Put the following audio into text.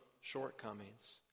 shortcomings